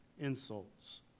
insults